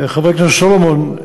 חבר הכנסת סולומון,